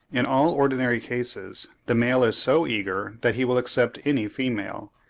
in all ordinary cases the male is so eager that he will accept any female,